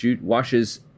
washes